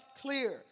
clear